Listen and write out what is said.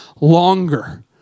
longer